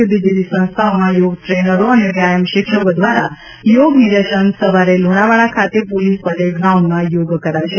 જૂદી જૂદી સંસ્થાઓમાં યોગ ટ્રેનરો અને વ્યાયમ શિક્ષકો દ્વારા યોગ નિર્દેશન સવારે લુણાવાડા ખાતે પોલિસ પરેડ ગ્રાઉન્ડમાં યોગ કરાશે